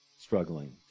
struggling